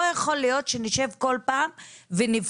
לא יכול להיות שנשב כל פעם ונבכה,